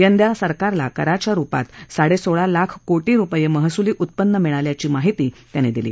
यंदा सरकारला कराच्या रुपात साडे सोळा लाख कोटी रुपये महसुली उत्पन्न मिळाल्याची माहिती त्यांनी दिली